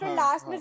last